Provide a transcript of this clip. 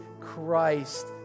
Christ